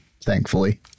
thankfully